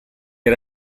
era